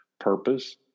purpose